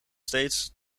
steeds